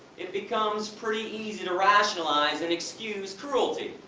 it becomes pretty easy to rationalize and excuse cruelty,